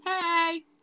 Hey